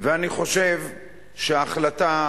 אני חושב שההחלטה,